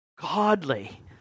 godly